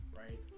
right